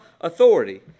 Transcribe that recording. authority